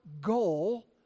goal